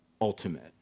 Ultimate